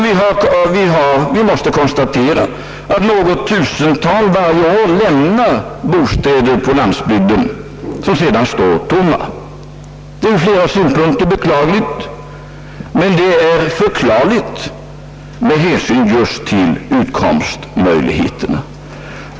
Vi måste dock konstatera att något tusental människor varje år lämnar bostäder på landsbygden som sedan står tomma. Det är ur flera synpunkter beklagligt, men det är förklarligt med hänsyn just till utkomstmöjligheterna.